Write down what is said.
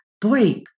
boy